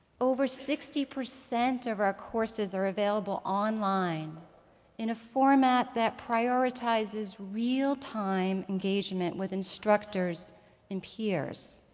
over sixty percent of our courses are available online in a format that prioritizes real-time engagement with instructors and peers.